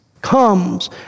comes